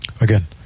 again